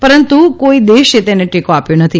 પરંતુ કોઈ દેશે તેને ટેકો આપ્યો નથી